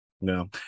No